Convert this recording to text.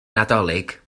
nadolig